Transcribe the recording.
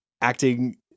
acting